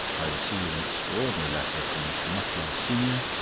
i receive an extraordinary letter from mr. mutlar, senior,